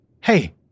hey